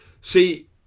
See